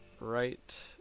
right